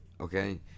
okay